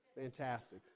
Fantastic